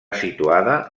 situada